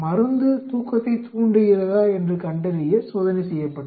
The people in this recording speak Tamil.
மருந்து தூக்கத்தைத் தூண்டுகிறதா என்று கண்டறிய சோதனை செய்யப்பட்டது